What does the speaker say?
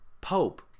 Pope